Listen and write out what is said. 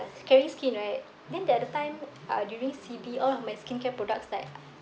caring skin right then the other time uh during C_B all of my skincare products like